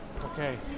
Okay